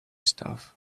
stuff